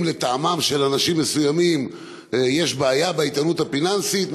אם לטעמם של אנשים מסוימים יש בעיה באיתנות הפיננסית,